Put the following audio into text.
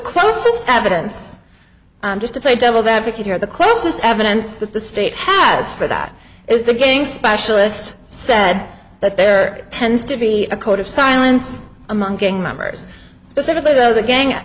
closest evidence just to play devil's advocate here are the closest evidence that the state has for that is the gang specialist said that there tends to be a code of silence among gang members specifically though the gang